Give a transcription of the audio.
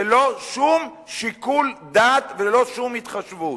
ללא שום שיקול דעת וללא שום התחשבות.